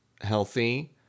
healthy